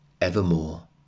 evermore